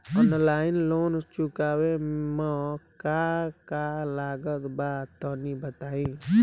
Online loan चुकावे म का का लागत बा तनि बताई?